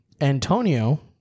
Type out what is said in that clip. Antonio